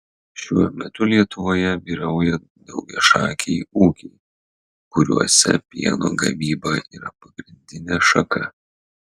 šiuo metu lietuvoje vyrauja daugiašakiai ūkiai kuriuose pieno gamyba yra pagrindinė šaka